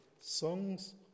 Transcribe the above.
Songs